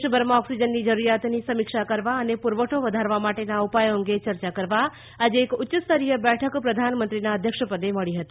દેશભરમાં ઓક્સિજનની જરૂરિયાતની સમીક્ષા કરવા અને પુરવઠો વધારવા માટેના ઉપાયો અંગે ચર્ચા કરવા આજે એક ઉચ્ય સ્તરીય બેઠક પ્રધાનમંત્રીના અધ્યક્ષપદે મળી હતી